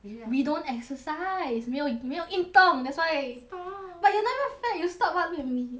we don't exercise 没有没有运动 that's why stop but you're not even fat you stop what do you mean